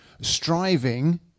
striving